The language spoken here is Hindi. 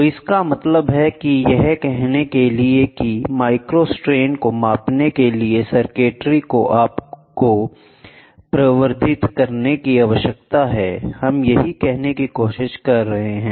तो इसका मतलब है यह कहने के लिए कि माइक्रोस्ट्रेन को मापने के लिए सर्किट्री को आपको प्रवर्धित करने की आवश्यकता है हम यही कहने की कोशिश कर रहे हैं